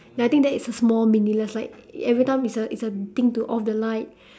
ya I think that is a small meaningless like everytime it's a it's a thing to off the light